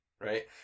right